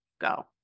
go